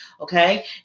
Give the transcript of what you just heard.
okay